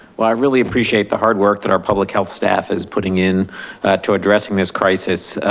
well, i really appreciate the hard work that our public health staff is putting in to addressing this crisis.